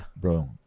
bro